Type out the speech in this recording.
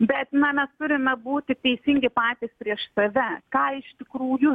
bet na mes turime būti teisingi patys prieš save ką iš tikrųjų